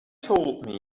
told